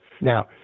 now